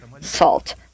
salt